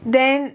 then